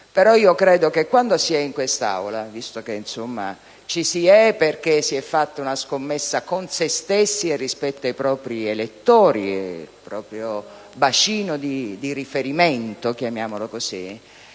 però credo che quando si è in quest'Aula, visto che ci si è perché si è fatta una scommessa con se stessi e rispetto ai propri elettori, al proprio bacino di riferimento - chiamiamolo così